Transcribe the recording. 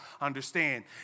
understand